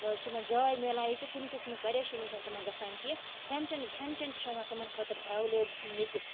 چھِ یِمَن جاے مِلان ییٚتہِ کُنہِ قٕسمٕچ پریشٲنی چھَںہٕ تِمَن گژھان کینٛہہ کھٮ۪ن چٮ۪ن کھٮ۪ن چٮ۪ن تہِ چھِ آسان تِمَن خٲطرٕ اٮ۪ولے ییٚتہِ